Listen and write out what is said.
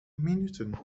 minuten